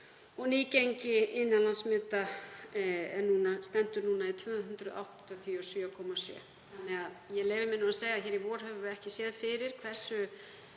og nýgengi innanlandssmita stendur núna í 287,7. Ég leyfi mér að segja að í vor sáum við ekki fyrir hversu